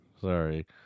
Sorry